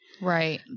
Right